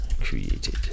created